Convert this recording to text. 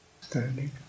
standing